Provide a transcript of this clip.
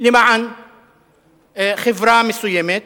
למען חברה מסוימת,